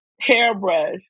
hairbrush